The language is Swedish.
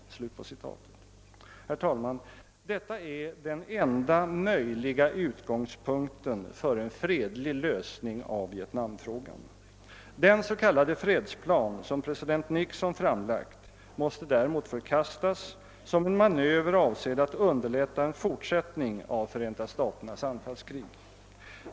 Herr talman! Detta är den enda möjliga utgångspunkten för en fredlig lösning av Vietnamfrågan. Den s.k. fredsplan som president Nixon framlagt måste däremot förkastas som en manöver avsedd att underlätta en fortsättning av Förenta staternas anfallskrig.